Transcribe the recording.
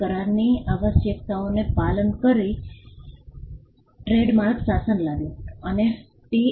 કરારની આવશ્યકતાઓનું પાલન કરીને ટ્રેડ માર્ક શાસન લાવ્યું અને ટી